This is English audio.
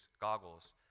goggles